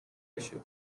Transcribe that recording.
issue